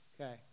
Okay